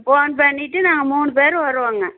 phone பண்ணிவிட்டு நாங்கள் மூணு பேரும் வருவோம்ங்க